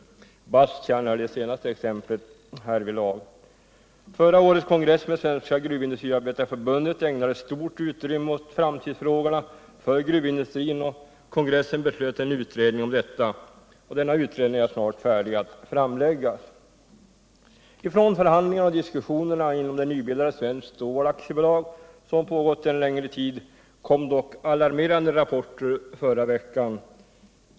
Basttjärn är det senaste exemplet därvidlag. Förra årets kongress med Svenska gruvindustriarbetareförbundet ägnade stort utrymme åt framtidsfrågorna för gruvindustrin. Kongressen beslöt en utredning om dessa, och denna utredning är snart färdig att framläggas. Från förhandlingarna och diskussionerna inom det nybildade Svenskt Stål AB, som pågått en längre tid, kom dock alarmerande rapporter förra veckan.